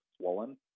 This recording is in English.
swollen